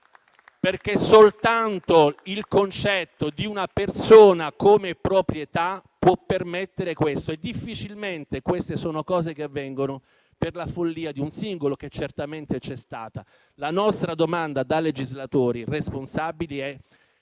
Soltanto il concetto di una persona come proprietà può permettere fatti del genere, e difficilmente avvengono per la follia di un singolo, che certamente c'è stata. La nostra domanda da legislatori responsabili è